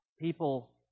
people